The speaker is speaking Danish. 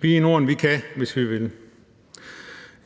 Vi i Norden kan, hvis vi vil.